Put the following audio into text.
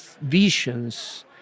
visions